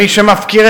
עשר דקות.